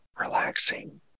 relaxing